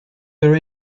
her